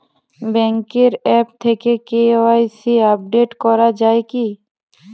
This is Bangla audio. ব্যাঙ্কের আ্যপ থেকে কে.ওয়াই.সি আপডেট করা যায় কি?